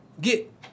get